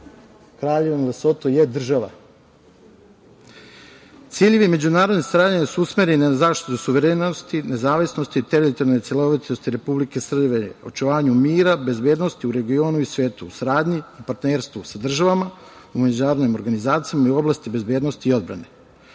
Kraljevina Lesoto je država. Ciljevi međunarodne saradnje su usmereni na zaštitu suverenosti, nezavisnosti, teritorijalne celovitosti Republike Srbije, očuvanju mira, bezbednosti u regionu u svetu u saradnji i partnerstvu sa državama, u međunarodnim organizacijama i u oblasti bezbednosti i odbrane.